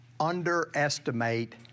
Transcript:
underestimate